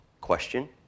Question